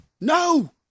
no